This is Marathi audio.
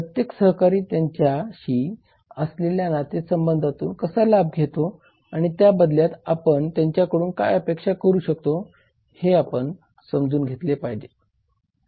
प्रत्येक सहकारी त्यांच्याशी असलेल्या नातेसंबंधातून कसा लाभ घेतो आणि त्या बदल्यात आपण त्यांच्याकडून काय अपेक्षा करू शकतो हे आपण समजून घेतले पाहिजे